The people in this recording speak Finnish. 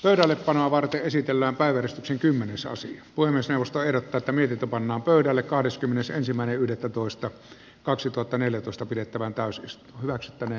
pöydällepanoa varten esitellään päiväkeskuksen kymmenesosa on myös eusta erota virta pannaan pöydälle kahdeskymmenesensimmäinen yhdettätoista kaksituhattaneljätoista pidettävään kasvis hyväksyttävä